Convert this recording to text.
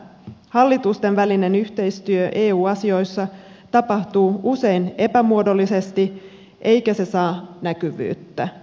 hallitusten välinen yhteistyö eu asioissa tapahtuu usein epämuodollisesti eikä se saa näkyvyyttä